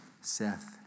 Seth